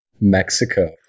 Mexico